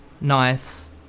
nice